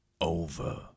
over